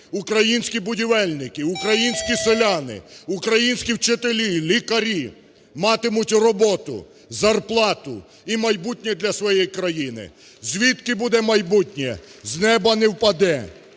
українські будівельники, українські селяни, українські вчителі, лікарі матимуть роботу, зарплату і майбутнє для своєї країни. Звідки буде майбутнє? З неба не впаде,